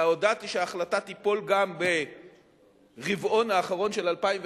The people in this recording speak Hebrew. והודעתי שההחלטה תיפול גם ברבעון האחרון של 2011,